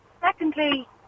Secondly